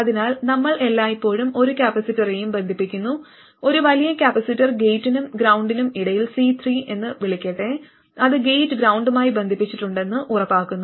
അതിനാൽ നമ്മൾ എല്ലായ്പ്പോഴും ഒരു കപ്പാസിറ്ററെയും ബന്ധിപ്പിക്കുന്നു ഒരു വലിയ കപ്പാസിറ്റർ ഗേറ്റിനും ഗ്രൌണ്ടിനും ഇടയിൽ C3 എന്ന് വിളിക്കട്ടെ അത് ഗേറ്റ് ഗ്രൌണ്ടുമായി ബന്ധിപ്പിച്ചിട്ടുണ്ടെന്ന് ഉറപ്പാക്കുന്നു